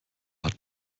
hat